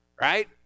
right